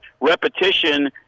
repetition